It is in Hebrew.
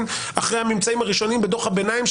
אחרי הממצאים הראשונים בדוח הביניים,